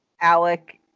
Alec